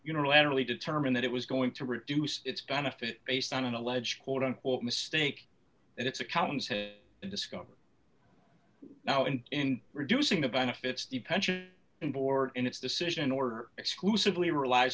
unilaterally determined that it was going to reduce its benefits based on an alleged quote unquote mistake that it's a collins has discovered now and in reducing the benefits the pension and board in its decision or exclusively relies